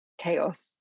chaos